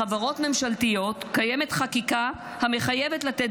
בחברות ממשלתיות קיימת חקיקה המחייבת לתת